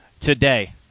today